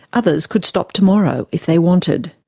others could stop tomorrow if they wanted.